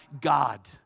God